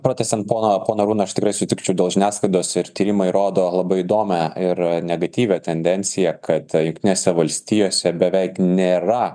pratęsiant pono pono arūno aš tikrai sutikčiau dėl žiniasklaidos ir tyrimai rodo labai įdomią ir negatyvią tendenciją kad jungtinėse valstijose beveik nėra